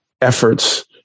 efforts